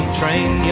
train